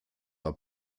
war